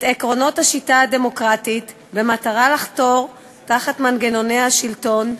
עקרונות השיטה הדמוקרטית במטרה לחתור תחת מנגנוני השלטון,